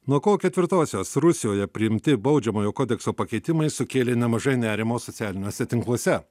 nuo kovo ketvirtosios rusijoje priimti baudžiamojo kodekso pakeitimai sukėlė nemažai nerimo socialiniuose tinkluose